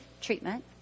treatment